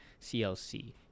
CLC